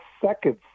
seconds